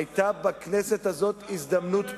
היתה בכנסת הזאת הזדמנות פז,